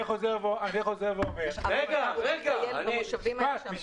אסור לנו כוועדה להפעיל את העונש על המגדלים ולא לתת להם